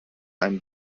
ein